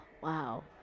Wow